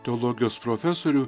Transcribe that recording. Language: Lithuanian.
teologijos profesorių